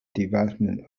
development